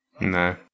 No